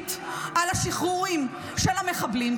למחליט על השחרורים של המחבלים,